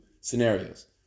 scenarios